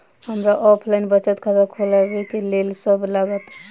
हमरा ऑफलाइन बचत खाता खोलाबै केँ लेल की सब लागत?